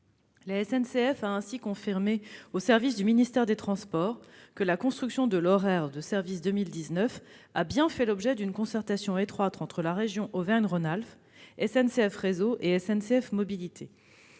La SNCF a ainsi confirmé aux services du ministère des transports que la construction de l'horaire de service 2019 a bien fait l'objet d'une concertation étroite entre la région Auvergne Rhône-Alpes, SNCF Réseau et SNCF Mobilités.